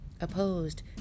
opposed